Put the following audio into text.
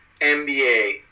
NBA